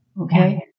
Okay